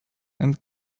and